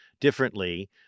differently